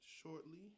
shortly